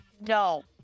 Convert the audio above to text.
No